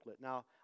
Now